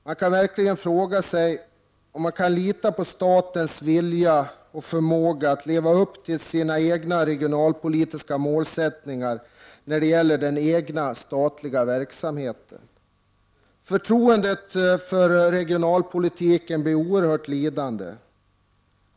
Man kan verkligen fråga sig om man kan lita på statens vilja och förmåga att leva upp till sina egna regionalpolitiska målsättningar för sin verksamhet. Förtroendet för regionalpolitiken blir oerhört lidande.